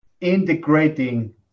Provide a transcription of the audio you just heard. integrating